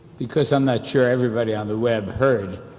because i'm not sure everybody on the web heard,